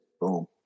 boom